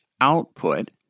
output